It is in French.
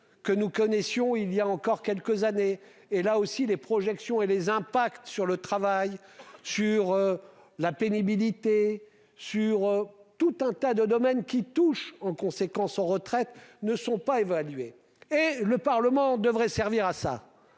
que nous connaissions il y a encore quelques années et là aussi les projections et les impacts sur le travail sur. La pénibilité sur tout un tas de domaines qui touchent en conséquence en retraite ne sont pas évalués et le Parlement devrait servir à ça